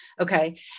okay